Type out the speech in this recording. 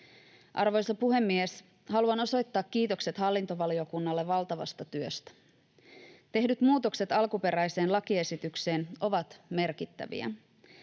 Arvoisa puhemies! Haluan osoittaa kiitokset hallintovaliokunnalle valtavasta työstä. Tehdyt muutokset alkuperäiseen lakiesitykseen ovat merkittäviä.